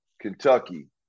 Kentucky